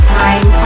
time